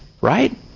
Right